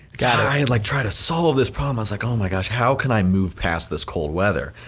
yeah i like tried to solve this problem, i was like oh my gosh, how can i move past this cold weather?